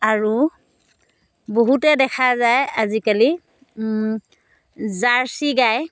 আৰু বহুতে দেখা যায় আজিকালি জাৰ্চি গাই